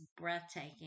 breathtaking